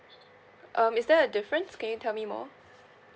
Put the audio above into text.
uh um is there a difference can you tell me more